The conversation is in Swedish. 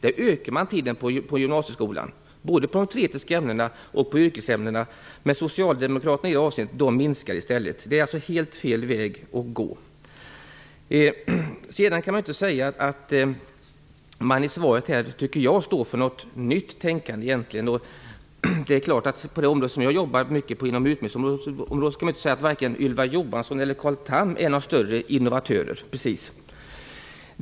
Man ökar tiden på gymnasieskolan, vad gäller både teoretiska ämnen och yrkesämnen. Socialdemokraterna minskar i stället tiden. Det är alltså helt fel väg att gå. I svaret står man inte för något nytt tänkande. Inom utbildningsområdet, där jag jobbar, kan man inte säga att vare sig Ylva Johansson eller Carl Tham är några större innovatörer.